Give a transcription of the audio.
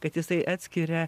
kad jisai atskiria